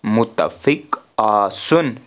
مُتفِق آسُن